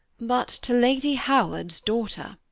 but to lady howard's daughter.